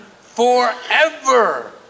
forever